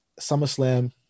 SummerSlam